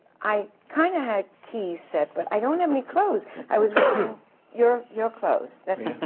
i kind of have keys set, but i don't have any clothes. i was wearing your. your clothes. that's.